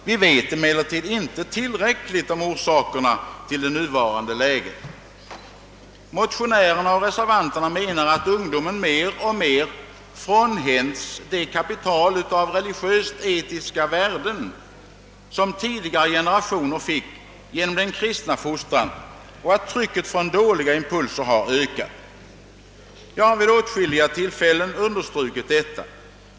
Vi vet emellertid ännu inte tillräckligt om orsakerna till det nuvarande läget. Motionärerna och reservanterna menar att ungdomen mer och mer frånhänts det kapital av religiöst-etiska värden, som tidigare generationer fick genom den kristna fostran, och att trycket från dåliga impulser har ökat. Jag har vid åtskilliga tillfällen understrukit detta.